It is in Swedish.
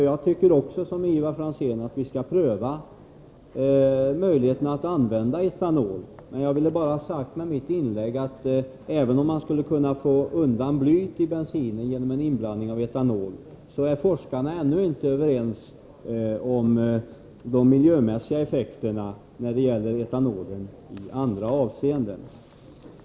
Jag tycker också som Ivar Franzén, att vi skall pröva möjligheterna att använda etanol. Men jag ville med mitt inlägg bara ha sagt, att även om vi skulle kunna få bort blyet i bensinen genom en inblandning av etanol, så är forskarna ännu inte överens om miljöeffekterna av etanolen i andra sammanhang.